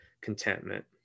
contentment